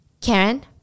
Karen